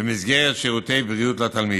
במסגרת שירותי בריאות לתלמיד.